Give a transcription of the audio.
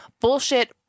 bullshit